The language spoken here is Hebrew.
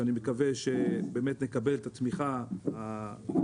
ואני מקווה שנקבל את התמיכה הנכונה.